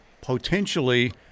potentially